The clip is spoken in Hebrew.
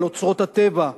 על אוצרות הטבע,